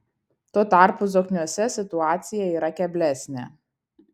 tuo tarpu zokniuose situacija yra keblesnė